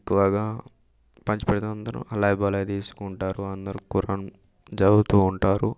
ఎక్కువగా పంచి పెడితే అందరూ అలా బలే తీసుకుంటారు అందరూ ఖురాన్ చదువుతూ ఉంటారు